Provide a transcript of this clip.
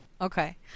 okay